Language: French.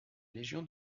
légion